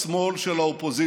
בהפגנות השמאל של האופוזיציה,